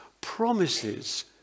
promises